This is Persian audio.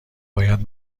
باید